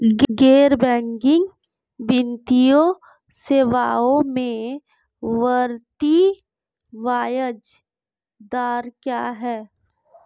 गैर बैंकिंग वित्तीय सेवाओं में आवर्ती ब्याज दर क्या है?